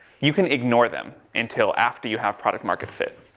you can ignore them until after you have product market fit.